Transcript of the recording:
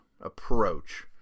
approach